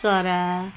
चरा